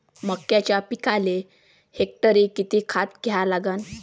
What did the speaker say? मक्याच्या पिकाले हेक्टरी किती खात द्या लागन?